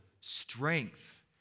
strength